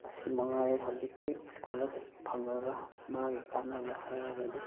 ꯑꯁꯤ ꯃꯉꯥꯏꯔꯦ ꯍꯧꯖꯤꯛꯀꯤ ꯏꯁꯀꯣꯂꯥꯔꯁꯤꯞꯀꯤ ꯐꯪꯂꯒ ꯃꯥꯒꯤ ꯀꯥꯟꯅꯕ ꯍꯥꯏꯔꯒꯗꯤ